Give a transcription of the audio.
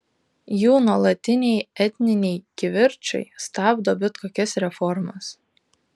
jų nuolatiniai etniniai kivirčai stabdo bet kokias reformas